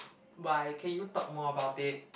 why can you talk more about it